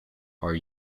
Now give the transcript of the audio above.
are